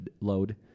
load